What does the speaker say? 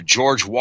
George